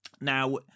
Now